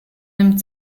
nimmt